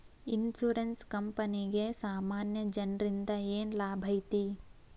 Insurance ಕ್ಂಪನಿಗೆ ಸಾಮಾನ್ಯ ಜನ್ರಿಂದಾ ಏನ್ ಲಾಭೈತಿ?